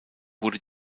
wurde